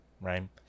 right